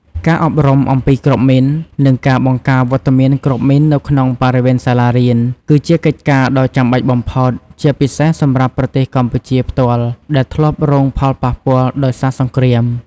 ការអប់រំអំពីគ្រាប់មីន និងការបង្ការវត្តមានគ្រាប់មីននៅក្នុងបរិវេណសាលារៀន គឺជាកិច្ចការដ៏ចាំបាច់បំផុត ជាពិសេសសម្រាប់ប្រទេសកម្ពុជាផ្ទាល់ដែលធ្លាប់រងផលប៉ះពាល់ដោយសារសង្គ្រាម។